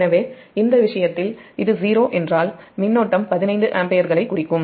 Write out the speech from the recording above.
எனவே இந்த விஷயத்தில் இது 0 என்றால் மின்னோட்டம் 15 ஆம்பியர்களைக் குறிக்கும்